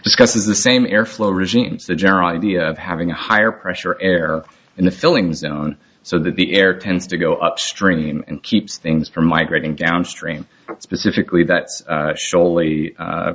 discusses the same airflow regimes the general idea of having a higher pressure air in the filling zone so that the air tends to go upstream and keeps things from migrating downstream but specifically that